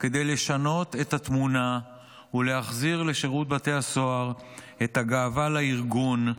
כדי לשנות את התמונה ולהחזיר לשירות בתי הסוהר את הגאווה לארגון,